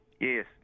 Yes